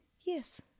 Yes